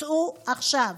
צאו עכשיו,